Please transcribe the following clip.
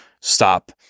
stop